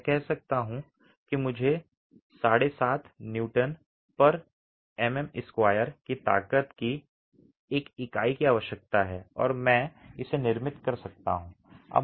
मैं कह सकता हूं कि मुझे 10 75 एन एमएम 2 की ताकत की एक इकाई की आवश्यकता है और मैं इसे निर्मित कर सकता हूं